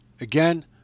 again